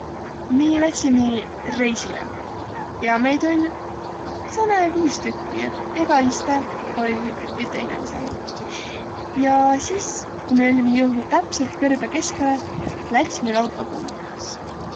Mi lätsimi reisile ja meid oll' sääne viis tükkü, nii et ega istõq oll' üte inemisega. Ja sis, ku mi ollimi jõudnuq täpselt kõrbõ keskele, läts' meil autokumm tühäs.